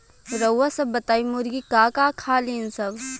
रउआ सभ बताई मुर्गी का का खालीन सब?